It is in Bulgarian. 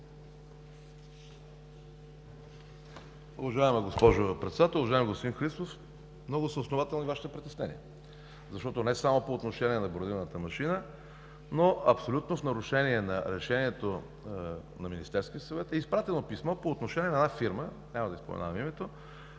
Уважаема госпожо Председател! Уважаеми господин Христов, много са основателни Вашите притеснения. Защото не само по отношение на бронираната машина, но абсолютно в нарушение на решението на Министерския съвет е изпратено писмо по отношение на една фирма, няма да и споменавам името,